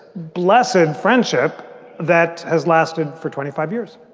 blessed and friendship that has lasted for twenty five years